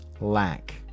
lack